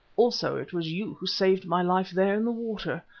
also it was you who saved my life there in the water.